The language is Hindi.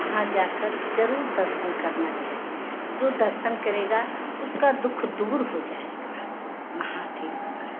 वहाँ जाकर जरूर दर्शन करना चाहिए जो दर्शन करेगा उसका दुःख दूर हो जाएगा महादेव का